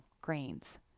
grains